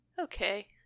okay